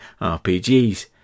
RPGs